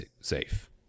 safe